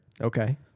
Okay